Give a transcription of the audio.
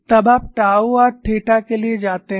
तब आप tau r theta के लिए जाते हैं